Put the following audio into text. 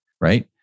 right